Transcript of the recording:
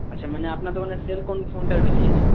আচ্ছা মানে আপনার দোকানে সেল কোন ফোনটার বেশি আছে